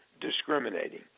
discriminating